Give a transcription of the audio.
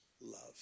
love